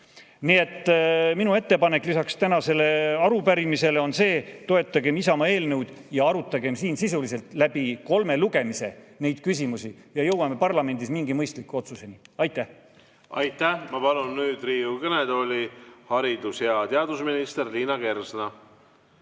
Nii et minu ettepanek lisaks tänasele arupärimisele on see: toetagem Isamaa eelnõu, arutagem siin sisuliselt kolmel lugemisel neid küsimusi ja jõuame parlamendis mingile mõistlikule otsusele. Aitäh! Aitäh! Ma palun Riigikogu kõnetooli haridus‑ ja teadusminister Liina Kersna.